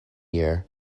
year